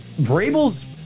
Vrabel's